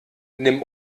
nimm